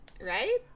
Right